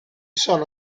sono